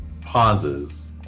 pauses